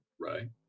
Right